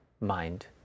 mind